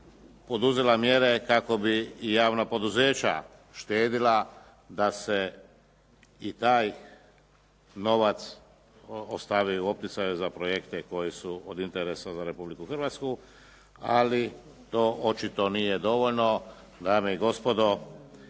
poduzela mjere kako bi i javna poduzeća štedjela da se i taj novac ostavi u opticaje za projekte koji su od interesa za Republiku Hrvatsku, ali to očito nije dovoljno, dame i gospodo